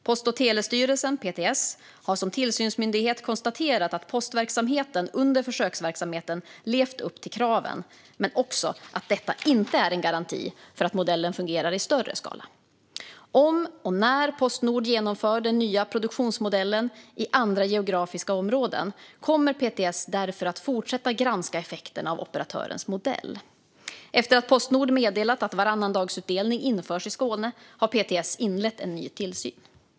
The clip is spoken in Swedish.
Post och telestyrelsen, PTS, har som tillsynsmyndighet konstaterat att postverksamheten under försöksverksamheten levt upp till kraven men också att detta inte är en garanti för att modellen fungerar i större skala. Om och när Postnord genomför den nya produktionsmodellen i andra geografiska områden kommer PTS därför att fortsätta granska effekterna av operatörens modell. Efter att Postnord meddelat att varannandagsutdelning införs i Skåne har PTS inlett en ny tillsyn.